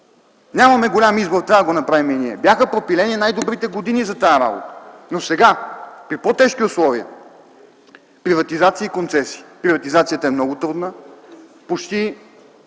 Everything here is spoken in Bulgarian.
Нямаме голям избор, трябва да го направим и ние. Бяха пропилени най-добрите години за тази работа, но сега - при по-тежки условия, приватизации и концесии. Приватизацията е много трудна